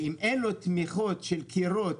ואם אין לו תמיכות של קירות,